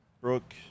Brooke